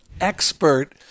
expert